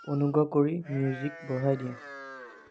অনুগ্ৰহ কৰি মিউজিক বঢ়াই দিয়া